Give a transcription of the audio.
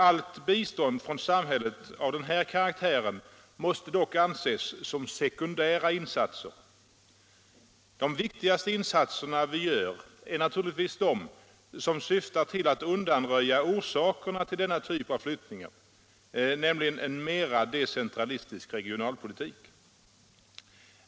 Allt bistånd från samhället av denna karaktär måste dock anses som sekundära insatser. De viktigaste insatserna vi gör är naturligtvis de som syftar till att undanröja orsakerna till denna typ av flyttningar, nämligen en mera decentralistisk regionalpolitik.